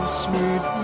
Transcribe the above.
sweet